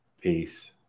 peace